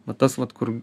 va tas vat kur